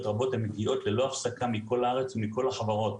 רבות המגיעות ללא הפסקה מכל הארץ ומכל החברות